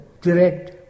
direct